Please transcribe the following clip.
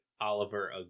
Oliver